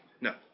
No